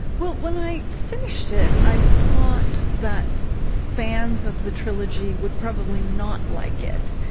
well, when i finished it, i thought that fans of the trilogy would probably not like it,